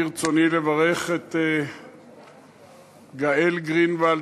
ברצוני לברך את גאל גרינוולד,